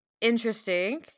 interesting